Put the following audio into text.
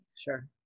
Sure